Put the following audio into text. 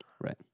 right